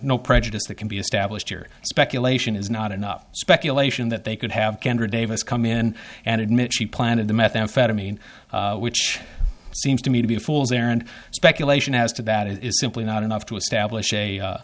no prejudice that can be established or speculation is not enough speculation that they could have kendra davis come in and admit she planted the methamphetamine which seems to me to be a fool's errand speculation as to that it is simply not enough to establish a